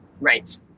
Right